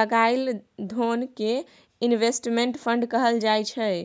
लगाएल धोन कें इनवेस्टमेंट फंड कहल जाय छइ